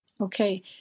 Okay